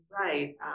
right